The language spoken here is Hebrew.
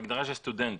בהגדרה של סטודנט,